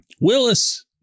Willis